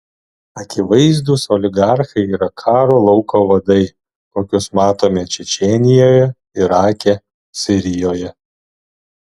akivaizdūs oligarchai yra karo lauko vadai kokius matome čečėnijoje irake sirijoje